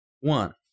one